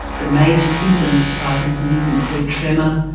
the major symptoms of parkinson's include tremor,